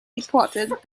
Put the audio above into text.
reported